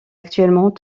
actuellement